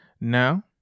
Now